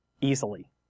easily